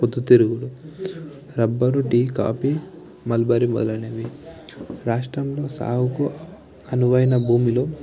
ప్రొద్దుతిరుగుడు rubber tea coffee mulberry మొదలైనవి రాష్ట్రంలో సాగుకు అనువైన భూమిలో